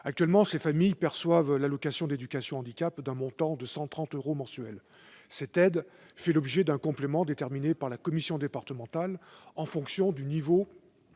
Actuellement, les familles concernées perçoivent l'allocation d'éducation de l'enfant handicapé, l'AEEH, d'un montant de 130 euros mensuels. Cette aide fait l'objet d'un complément déterminé par la commission départementale en fonction du niveau